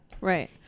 right